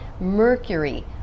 mercury